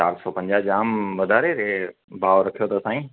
चारि सौ पंजाह जाम वधारे रे भाव रखियो अथव साईं